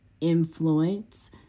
influence